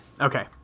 Okay